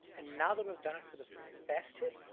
and now that we've done it for the best hit,